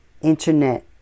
internet